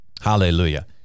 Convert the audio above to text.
Hallelujah